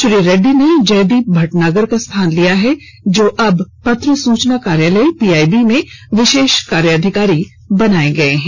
श्री रेड्डी ने जयदीप भटनागर का स्थान लिया है जो अब पत्र सूचना कार्यालय पीआईबी में विशेष कार्याधिकारी बनाए गए हैं